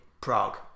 Prague